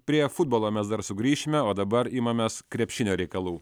prie futbolo mes dar sugrįšime o dabar imamės krepšinio reikalų